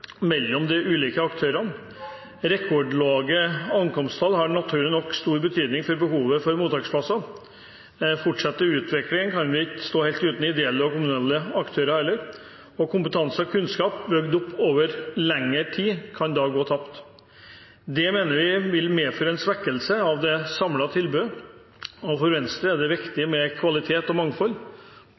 mellom de ulike aktørene. Rekordlave ankomsttall har naturlig nok stor betydning for behovet for mottaksplasser. Fortsetter utviklingen, kan vi ikke stå helt uten ideelle og kommunale aktører heller. Kompetanse og kunnskap bygd opp over lengre tid kan da gå tapt. Det mener vi vil medføre en svekkelse av det samlede tilbudet, og for Venstre er det viktig med kvalitet og mangfold.